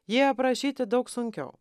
jį aprašyti daug sunkiau